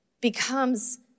becomes